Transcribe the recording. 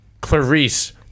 Clarice